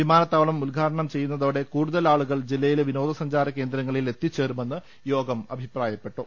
വിമാനത്താവളം ഉദ്ഘാടനം ചെയ്യു ന്നതോടെ കൂടുതൽ ആളുകൾ ജില്ലയിലെ വിനോദ സഞ്ചാരകേ ന്ദ്രങ്ങളിൽ എത്തിച്ചേരുമെന്ന് യോഗം അഭിപ്രായപ്പെട്ടു